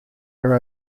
your